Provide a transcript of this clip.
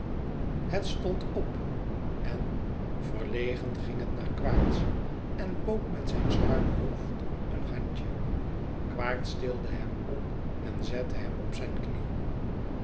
het stond op en verlegen ging het naar quaerts en bood met zijn schuin hoofd een handje quaerts tilde hem op en zette hem op zijn knie